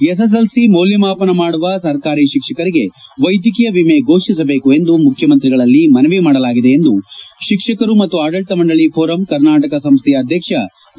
SSL ಮೌಲ್ಯ ಮಾಪನ ಮಾಡುವ ಸರ್ಕಾರಿ ಶಿಕ್ಷಕರಿಗೆ ವೈದ್ಯಕೀಯ ವಿಮೆ ಫೋಷಿಸಬೇಕು ಎಂದು ಮುಖ್ಯಮಂತ್ರಿಗಳಲ್ಲಿ ಮನವಿ ಮಾಡಲಾಗಿದೆ ಎಂದು ಶಿಕ್ಷಕರ ಮತ್ತು ಆಡಳಿತ ಮಂಡಲಿ ಫೋರಂ ಕರ್ನಾಟಕ ಸಂಸ್ಥೆಯ ಅಧಕ್ಷ ಎ